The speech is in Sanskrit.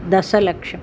दशलक्षम्